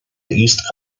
east